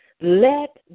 let